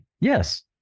Yes